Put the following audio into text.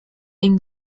ihnen